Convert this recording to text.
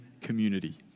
community